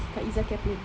faezah catering